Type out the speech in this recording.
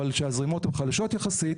אבל כשהזרימות הן חלשות יחסית,